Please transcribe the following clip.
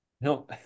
no